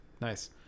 Nice